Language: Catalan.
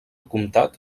comtat